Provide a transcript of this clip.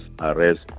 arrest